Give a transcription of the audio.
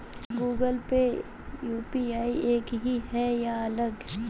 Google Pay और UPI एक ही है या अलग?